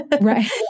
Right